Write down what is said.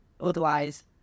Otherwise